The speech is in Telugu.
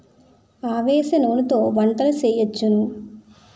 అవిసె నూనెతో వంటలు సేయొచ్చును